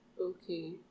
Okay